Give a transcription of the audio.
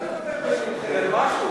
על מה נדבר במינכן?